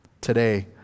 today